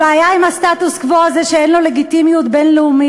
הבעיה עם הסטטוס קוו הזה היא שאין לו לגיטימיות בין-לאומית,